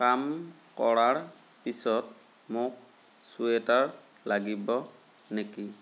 কাম কৰাৰ পিছত মোক ছুৱেটাৰ লাগিব নেকি